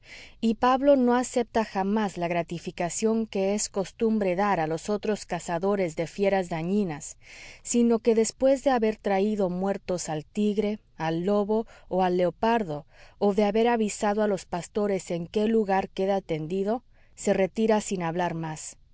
y pablo no acepta jamás la gratificación que es costumbre dar a los otros cazadores de fieras dañinas sino que después de haber traído muertos al tigre al lobo o al leopardo o de haber avisado a los pastores en qué lugar queda tendido se retira sin hablar más